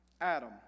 Adam